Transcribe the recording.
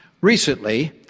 Recently